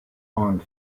bond